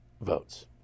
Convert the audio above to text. votes